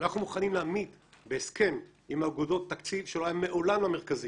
אנחנו מוכנים להעמיד בהסכם עם האגודות תקציב שלא היה מעולם למרכזים,